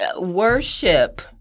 worship